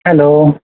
hello